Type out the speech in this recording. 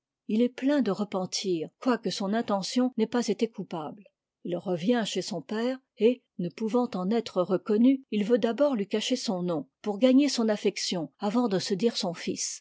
il est plein de repentir quoique son intention n'ait pas été coupable il revient chez son père et ne pouvant en être reconnu il veut d'abord lui cacher son nom pour gagner son affection avant de se dire son fils